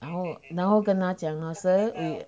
然后然后跟他讲 oh sir we